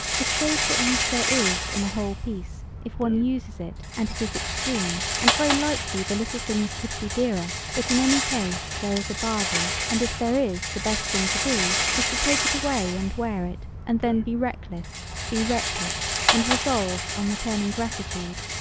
it shows what use there is in a whole piece if one uses it and it is extreme and very likely the little things could be dearer but in any case there is a bargain and if there is the best thing to do is to take it away and wear it and then be reckless be reckless and resolved on returning gratitude.